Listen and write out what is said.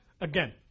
again